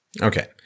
Okay